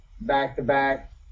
back-to-back